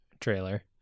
trailer